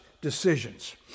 decisions